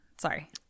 Sorry